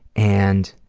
and